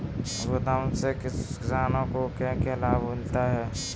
गोदाम से किसानों को क्या क्या लाभ मिलता है?